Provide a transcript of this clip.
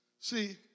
See